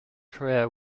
career